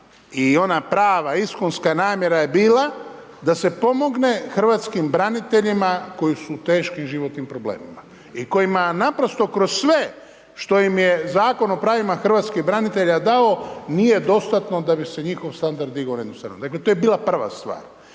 i ona prava iskonska namjera je bila da se pomogne hrvatskim braniteljima koji su u teškim životnim problemima i kojima naprosto kroz sve što im je Zakon o pravima hrvatskih branitelja dao nije dostatno da bi se njihov standard digo .../Govornik se ne razumije./... Dakle, to je bila prva stvar.